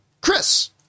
Chris